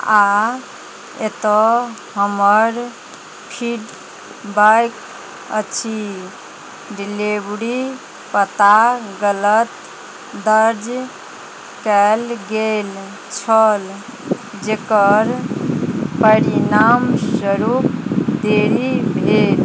आ एतऽ हमर फीडबैक अछि डिलेबरी पता गलत दर्ज कएल गेल छल जेकर परिणाम स्वरूप देरी भेल